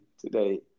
today